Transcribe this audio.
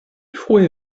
frue